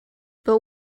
but